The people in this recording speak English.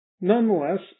Nonetheless